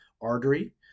artery